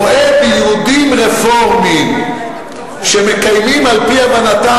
רואה ביהודים רפורמים שמקיימים על-פי הבנתם,